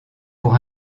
pour